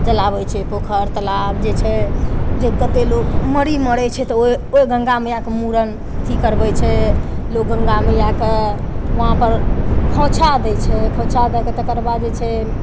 जलाबै छै पोखर तलाब जे छै जे कतेक लोक मरी मरै छै तऽ ओ गंगा मैयाके मुरन अथी करबै छै लोक गंगा मइयाके वहाँ पर खोइछा दै छै खोइछा दऽ कऽ तकरबाद जे छै